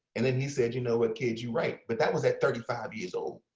and then he said you know what, kid? you write. but that was at thirty five years old.